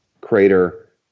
Crater